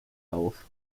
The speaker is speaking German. auf